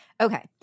Okay